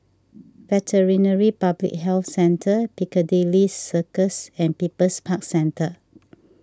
Veterinary Public Health Centre Piccadilly Circus and People's Park Centre